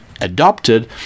adopted